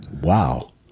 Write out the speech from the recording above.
Wow